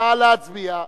נא להצביע.